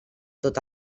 tot